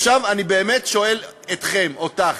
עכשיו אני באמת שואל אתכם, אותך: